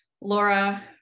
Laura